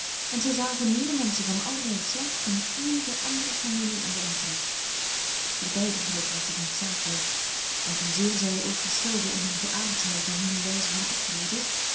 en zij zagen meer menschen van allerlei slag dan eenige andere familie in den omtrek voor beider geluk was dit noodzakelijk want hoezeer zij ook verschilden in hun geaardheid en hun wijze van optreden